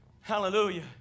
Hallelujah